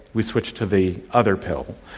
we switched to the other pill,